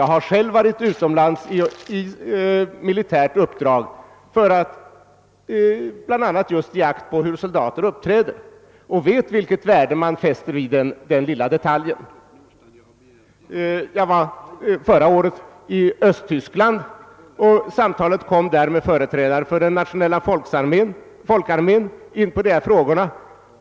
Jag har själv varit utomlands i militärt uppdrag för att bl.a. studera hur soldater uppträder, och jag vet vilket värde man fäster vid den lilla men ändå väsentliga detaljen. Förra året var jag i Östtyskland, och i ett samtal som jag hade med en företrädare för den nationella folkarmén kom vi också in på dessa frågor.